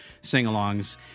sing-alongs